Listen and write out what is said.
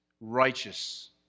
righteous